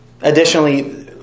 Additionally